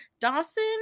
dawson